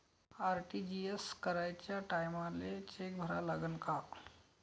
RTGS कराच्या टायमाले cheque भरा लागन का?